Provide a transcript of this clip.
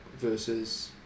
versus